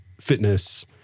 fitness